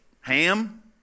Ham